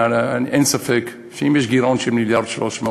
אין ספק שאם יש גירעון של 1.3 מיליארד,